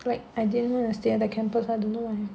like I didn't want to stay at the campus I don't know why